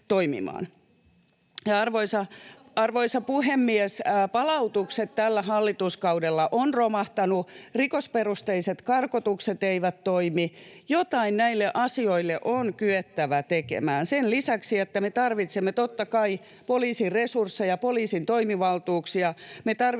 Arvoisa puhemies! Palautukset tällä hallituskaudella ovat romahtaneet, rikosperusteiset karkotukset eivät toimi. Jotain näille asioille on kyettävä tekemään sen lisäksi, että me tarvitsemme totta kai poliisin resursseja, poliisin toimivaltuuksia.